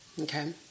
Okay